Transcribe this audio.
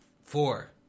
four